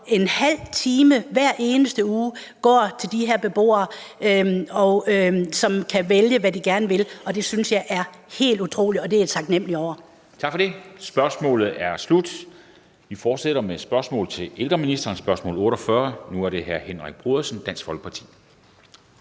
hvor ½ time hver eneste uge går til de her beboere, som kan vælge, hvad de gerne vil. Det synes jeg er helt utroligt, og det er jeg taknemmelig over. Kl. 17:46 Første næstformand (Henrik Dam Kristensen): Tak for det. Spørgsmålet er sluttet. Vi fortsætter med spørgsmål til ældreministeren, nemlig spørgsmål 48. Nu er det hr. Henrik Brodersen, Dansk Folkeparti.